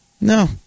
No